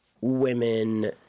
women